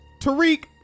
Tariq